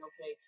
okay